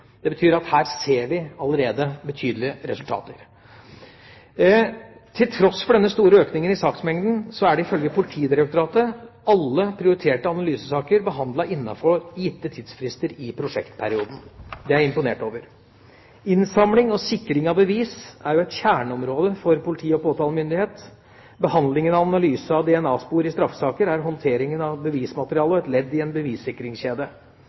Det betyr at her ser vi allerede betydelige resultater. Til tross for denne store økningen i saksmengden er, ifølge Politidirektoratet, alle prioriterte analysesaker behandlet innenfor gitte tidsfrister i prosjektperioden. Det er jeg imponert over. Innsamling og sikring av bevis er jo et kjerneområde for politi og påtalemyndighet. Behandling og analyse av DNA-spor i straffesaker er håndtering av bevismateriale og et ledd i en bevissikringskjede.